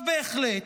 עכשיו, בהחלט,